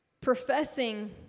professing